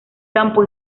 campo